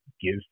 give